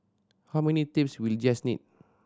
how many tapes will Jess need